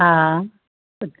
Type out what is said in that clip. हा